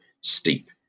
steep